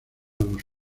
los